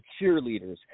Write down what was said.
cheerleaders